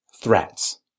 threats